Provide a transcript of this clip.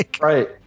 Right